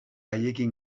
haiekin